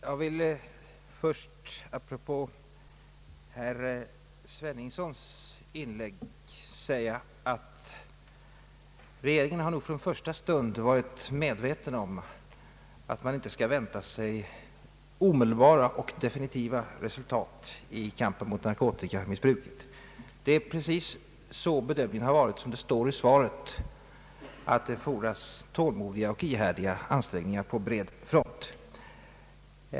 Herr talman! Jag vill först som svar på herr Sveningssons inlägg säga att regeringen från första stund har varit medveten om att man inte skall vänta sig omedelbara och definitiva resultat i kampen mot narkotikamissbruket. Bedömningen har varit — precis så som det står i svaret — att det fordras tålmodiga och ihärdiga ansträngningar på bred front.